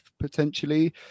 potentially